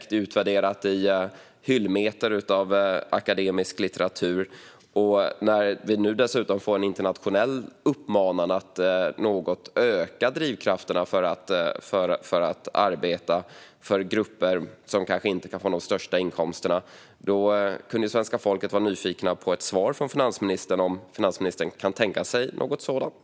Det har utvärderats i hyllmeter av akademisk litteratur. När vi nu dessutom fått en internationell uppmaning att något öka drivkrafterna att arbeta för de grupper som kanske inte kan få de högsta inkomsterna kanske svenska folket är nyfiket på ett svar från finansministern om hon kan tänka sig något sådant.